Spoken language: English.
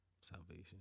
salvation